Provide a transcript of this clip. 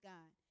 God